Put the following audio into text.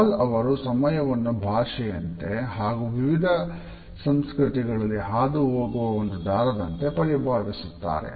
ಹಾಲ್ ಅವರು ಸಮಯವನ್ನು ಭಾಷೆಯಂತೆ ಹಾಗೂ ವಿವಿಧ ಸಂಸ್ಕೃತಿಗಳಲ್ಲಿ ಹಾದುಹೋಗುವ ಒಂದು ದಾರದಂತೆ ಪರಿಭಾವಿಸುತ್ತಾರೆ